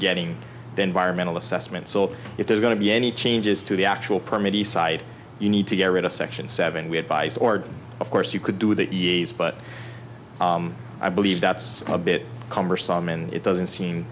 getting the environmental assessment so if there's going to be any changes to the actual permit the site you need to get rid of section seven we have vice or of course you could do that yes but i believe that's a bit cumbersome and it doesn't seem